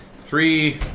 three